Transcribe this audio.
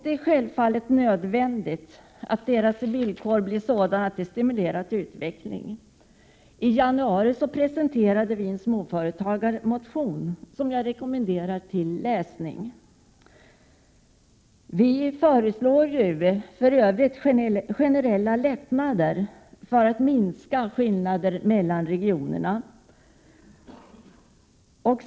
Det är självfallet nödvändigt att deras villkor blir sådana att de stimulerar till utveckling. I januari presenterade vi en småföretagarmotion, som jag rekommenderar till läsning. Vi föreslår för övrigt generella lättnader för att minska skillnaderna mellan regionerna.